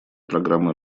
программы